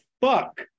fuck